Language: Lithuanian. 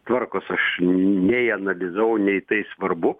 tvarkos aš nei analizavau nei tai svarbu